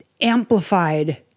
amplified